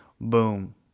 boom